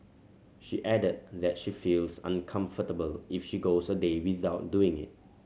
she added that she feels uncomfortable if she goes a day without doing it